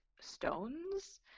stones